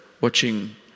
watching